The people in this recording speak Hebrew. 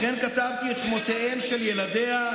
לכן כתבתי את שמותיהם של ילדיה,